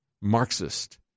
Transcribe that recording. Marxist